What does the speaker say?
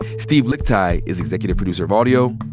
steve lickteig is executive producer of audio.